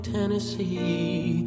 Tennessee